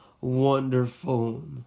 Wonderful